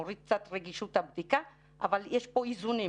מוריד קצת את רגישות הבדיקה אבל יש פה איזונים.